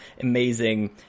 amazing